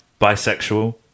bisexual